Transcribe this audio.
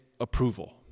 approval